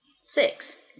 Six